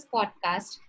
Podcast